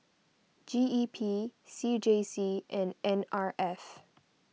G E P C J C and N R F